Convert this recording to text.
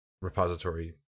repository